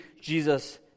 Jesus